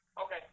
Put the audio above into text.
okay